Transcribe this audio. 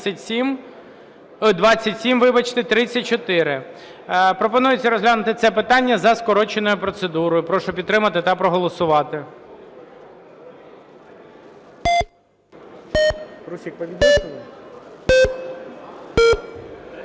Пропонується розглянути це питання за скороченою процедурою. Прошу підтримати та проголосувати.